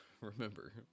remember